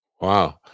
Wow